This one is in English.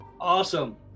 awesome